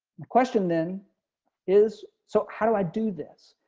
question then is, so how do i do this.